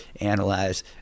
analyze